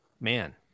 Man